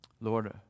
Lord